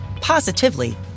positively